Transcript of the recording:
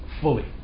fully